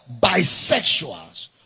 bisexuals